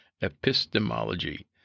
Epistemology